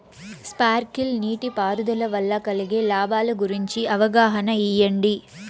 Sprinkle నీటిపారుదల వల్ల కలిగే లాభాల గురించి అవగాహన ఇయ్యడం?